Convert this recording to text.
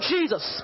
Jesus